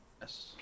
Yes